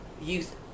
youth